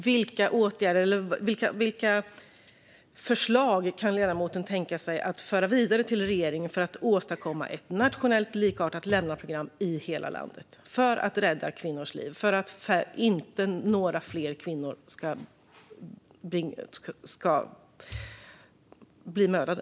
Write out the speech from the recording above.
Vilka förslag kan ledamoten tänka sig att föra vidare till regeringen för att åstadkomma ett nationellt lämnaprogram, likartat i hela landet, för att rädda kvinnors liv och för att inga fler kvinnor ska bli mördade?